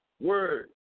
Word